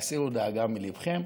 והסירו דאגה מליבכם.